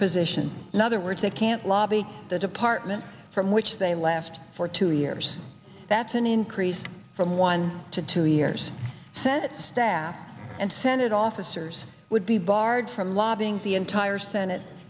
position another words they can't lobby the department from which they last for two years that's an increase from one to two years senate staff and senate officers would be barred from lobbying the entire senate